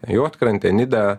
juodkrantė nida